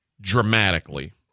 dramatically